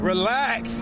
Relax